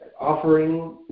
offering